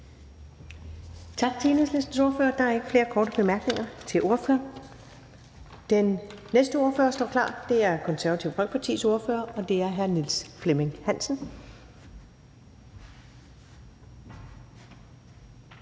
Tak til Enhedslistens ordfører. Der er ikke flere korte bemærkninger til ordføreren. Den næste ordfører står klar. Det er Det Konservative Folkepartis ordfører, og det er hr. Niels Flemming Hansen.